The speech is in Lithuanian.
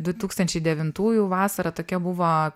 du tūkstančiai devintųjų vasara tokia buvo